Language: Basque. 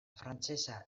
frantsesa